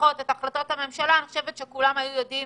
אני חושבת שכולם יודעים